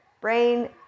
Brain